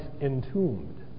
entombed